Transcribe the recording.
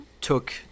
took –